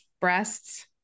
breasts